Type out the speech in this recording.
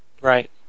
Right